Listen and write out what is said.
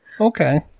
okay